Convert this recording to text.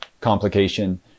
complication